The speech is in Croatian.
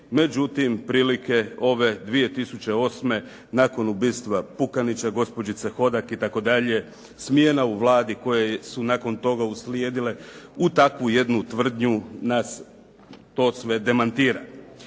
međutim prilike ove 2008. nakon ubistva Pukanića, gospođice Hodak itd., smjena u Vladi koje su nakon toga uslijedile u takvu jednu tvrdnju nas to sve demantira.